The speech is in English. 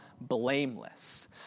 blameless